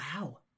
wow